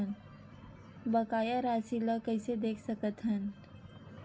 बकाया राशि ला कइसे देख सकत हान?